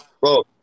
Bro